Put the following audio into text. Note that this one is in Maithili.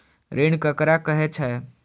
ऋण ककरा कहे छै?